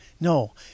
No